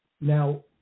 Now